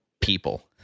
people